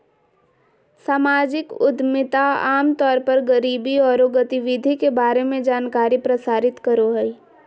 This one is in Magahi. सामाजिक उद्यमिता आम तौर पर गरीबी औरो गतिविधि के बारे में जानकारी प्रसारित करो हइ